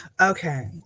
Okay